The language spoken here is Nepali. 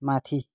माथि